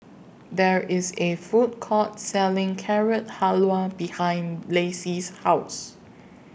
There IS A Food Court Selling Carrot Halwa behind Lacey's House